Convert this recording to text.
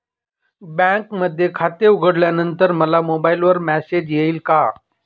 बँकेमध्ये खाते उघडल्यानंतर मला मोबाईलवर मेसेज येईल का?